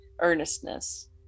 earnestness